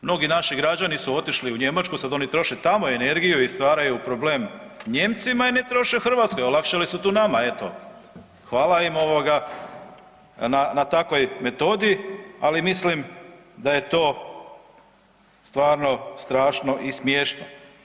Mnogi naši građani su otišli u Njemačku sad oni troše tamo energiju i stvaraju problem Nijemcima i ne troše u Hrvatskoj, olakšali su tu nama eto, hvala im ovoga na takvoj metodi ali mislim da je to stvarno strašno i smiješno.